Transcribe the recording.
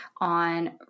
on